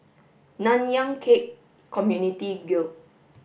Nanyang Khek Community Guild